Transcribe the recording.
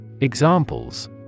Examples